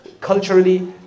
Culturally